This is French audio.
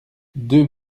deux